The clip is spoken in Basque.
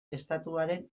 estatuaren